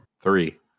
Three